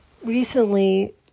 recently